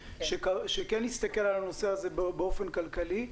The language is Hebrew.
שכן הסתכל על הנושא הזה באופן כלכלי,